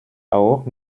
auch